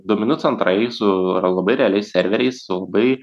duomenų centrai su labai realiais serveriais su labai